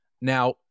Now